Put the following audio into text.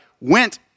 went